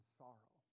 sorrow